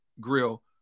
grill